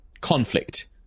conflict